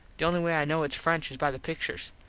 the only way i kno its french is by the picturs.